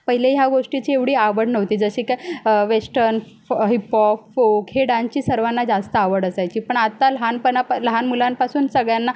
पहिले ह्या गोष्टीची एवढी आवड नव्हती जशी काय वेष्टन फॉ हिपपॉक फोक हे डांची सर्वांना जास्त आवड असायची पण आत्ता लहानपणापासून लहान मुलांपासून सगळ्यांना